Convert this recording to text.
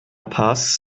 paz